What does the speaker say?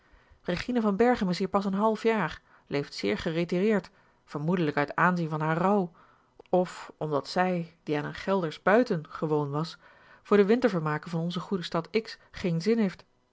regina van berchem is hier pas een half jaar leeft zeer geretireerd vermoedelijk uit aanzien van haar rouw of omdat zij die aan een geldersch buiten gewoon was voor de wintervermaken van onze goede stad x geen zin heeft